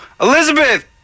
Elizabeth